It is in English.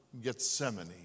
Gethsemane